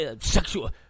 sexual